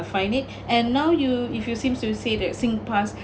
find it and now you if you seems to say that singpass